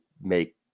make